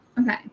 Okay